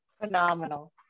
phenomenal